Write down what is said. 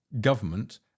government